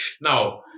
now